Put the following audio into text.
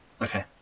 okay